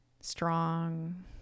strong